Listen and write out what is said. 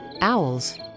owls